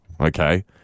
okay